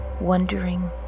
wondering